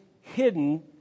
hidden